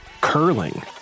curling